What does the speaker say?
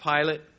Pilate